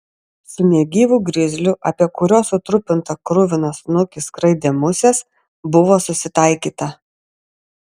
su negyvu grizliu apie kurio sutrupintą kruviną snukį skraidė musės buvo susitaikyta